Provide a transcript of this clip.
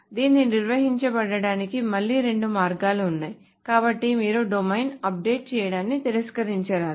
దీన్ని నిర్వహించడానికి మళ్లీ రెండు మార్గాలు ఉన్నాయి కాబట్టి మీరు డొమైన్ అప్డేట్ చేయడాన్ని తిరస్కరించారు